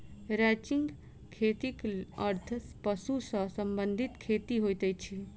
ranching खेतीक अर्थ पशु सॅ संबंधित खेती होइत अछि